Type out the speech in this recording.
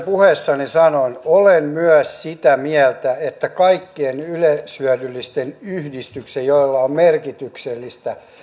puheessani sanoin olen myös sitä mieltä että kaikkien yleishyödyllisten yhdistysten joilla on merkityksellistä